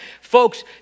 folks